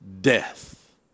death